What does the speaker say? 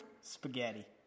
spaghetti